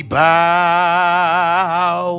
bow